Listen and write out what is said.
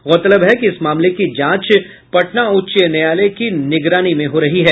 गौरतलब है कि इस मामले की जांच पटना उच्च न्यायालय की निगरानी में हो रही है